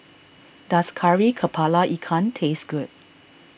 does Kari Kepala Ikan taste good